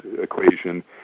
equation